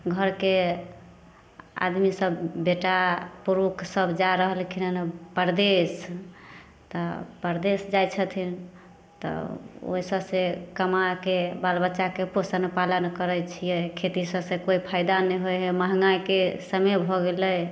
घरके आदमी सभ बेटा पुरुख सभ जा रहलखिन हँ परदेस तऽ परदेस जाइ छथिन तऽ ओहिसँ से कमाके बाल बच्चाके पोषण पालन करै छियै खेती सभसे कोइ फाइदा नहि होइ हइ महगाइके समय हो गेलैनि